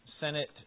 Senate